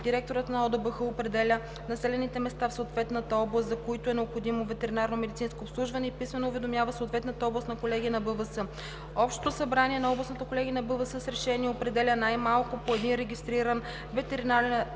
Директорът на ОДБХ определя населените места в съответната област, за които е необходимо ветеринарномедицинско обслужване и писмено уведомява съответната областна колегия на БВС. Общото събрание на областната колегия на БВС с решение определя най-малко по един регистриран ветеринарен